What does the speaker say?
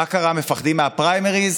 מה קרה, מפחדים מהפריימריז?